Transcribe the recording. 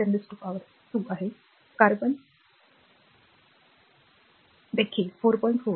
4 10 ते 2 आहे कार्बन देखील 4